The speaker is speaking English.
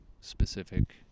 specific